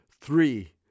three